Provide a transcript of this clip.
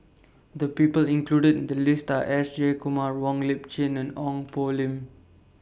The People included in The list Are S Jayakumar Wong Lip Chin and Ong Poh Lim